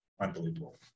unbelievable